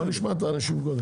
בוא נשמע את האנשים קודם.